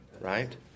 right